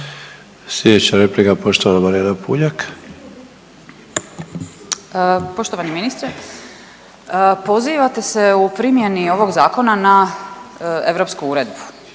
Marijana Puljak. **Puljak, Marijana (Centar)** Poštovani ministre, pozivate se u primjeni ovog zakona na europsku uredbu,